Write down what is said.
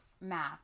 math